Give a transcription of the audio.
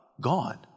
gone